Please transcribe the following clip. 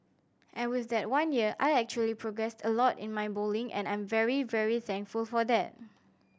and with that one year I actually progressed a lot in my bowling and I'm very very thankful for that